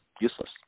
useless